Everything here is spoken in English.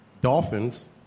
Dolphins